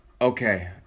Okay